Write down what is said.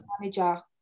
manager